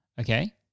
okay